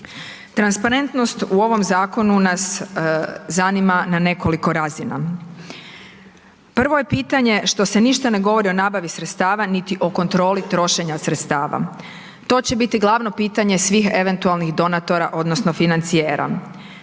Transparentnost u ovom zakonu nas zanima na nekoliko razina. Prvo je pitanje što se ništa ne govori o nabavi sredstava, niti o kontroli trošenja sredstava. To će biti glavno pitanje svih eventualnih donatora odnosno financijera.